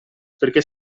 perché